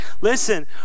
Listen